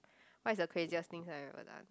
what is the craziest thing that I ever done